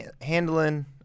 handling